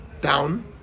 down